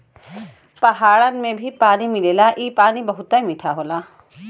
पहाड़न में भी पानी मिलेला इ पानी बहुते मीठा होला